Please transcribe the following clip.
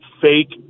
fake